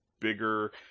bigger